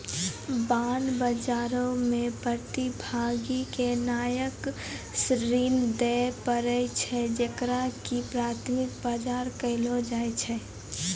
bond बजारो मे प्रतिभागी के नयका ऋण दिये पड़ै छै जेकरा की प्राथमिक बजार कहलो जाय छै